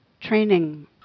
training